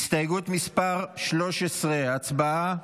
הסתייגות מס' 13, הצבעה.